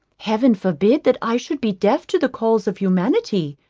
heaven forbid that i should be deaf to the calls of humanity.